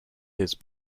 his